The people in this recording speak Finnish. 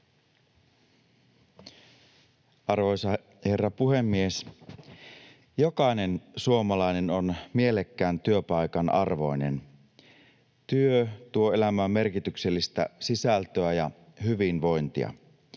Arvoisa herra puhemies! Jokainen suomalainen on mielekkään työpaikan arvoinen. Työ tuo elämään merkityksellistä sisältöä ja hyvinvointia.